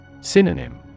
Synonym